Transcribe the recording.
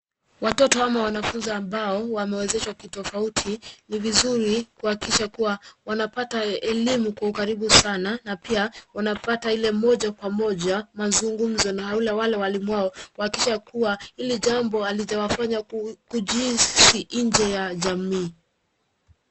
Watoto ama wanafunzi ambao wamewezeshwa kitofauti, ni vizuri kuhakikisha kuwa wanapata elimu kwa ukaribu sana na pia wanapata ile moja kwa moja mazungumzo na wale walimu wao kuhakikisha kuwa hili jambo halijawafanya kujihisi nje ya jamii.